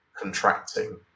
contracting